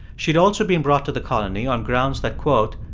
she'd also been brought to the colony on grounds that, quote,